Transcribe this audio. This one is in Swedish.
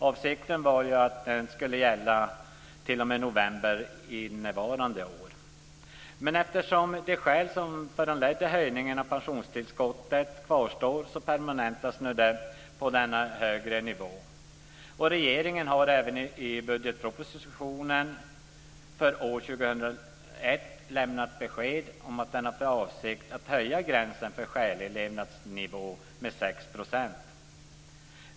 Avsikten var att det skulle gälla t.o.m. november innevarande år, men eftersom de skäl som föranledde höjningen av pensionstillskottet kvarstår, permanentas detta nu på den högre nivån. Regeringen har i budgetpropositionen för år 2001 även lämnat besked om att den har för avsikt att höja gränsen för skälig levnadsnivå med 6 %.